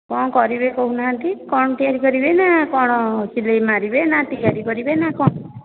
କ'ଣ କରିବେ କହୁନାହାନ୍ତି କ'ଣ ତିଆରି କରିବେ ନା କ'ଣ ସିଲେଇ ମାରିବେ ନା ତିଆରି କରିବେ ନା କ'ଣ